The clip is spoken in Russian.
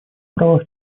правах